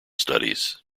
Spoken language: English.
studies